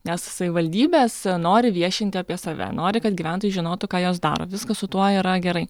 nes savivaldybės nori viešinti apie save nori kad gyventojai žinotų ką jos daro viskas su tuo yra gerai